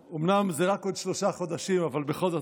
אומנם זה רק עוד שלושה חודשים, אבל בכל זאת.